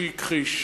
שהכחיש.